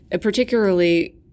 particularly-